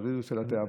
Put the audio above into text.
את הריר של התיאבון